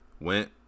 went